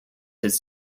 his